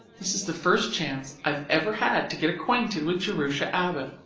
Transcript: this is the first chance i've ever had to get acquainted with jerusha abbott.